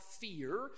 fear